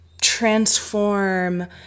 transform